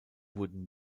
wurden